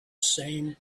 same